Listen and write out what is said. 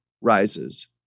rises